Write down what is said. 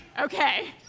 Okay